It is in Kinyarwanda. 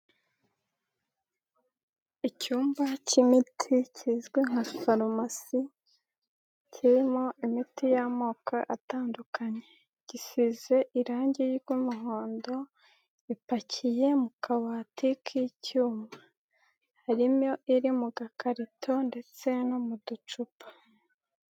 Icyumba k'imiti kizwi nka farumasi kirimo imiti y'amoko atandukanye, gisize irange ry'umuhondo, ipakiye mu kabati k'icyuma, harimo iri mu gakarito ndetse no mu ducupa.